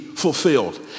fulfilled